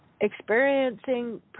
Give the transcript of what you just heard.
Experiencing